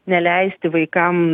neleisti vaikam